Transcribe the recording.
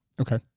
Okay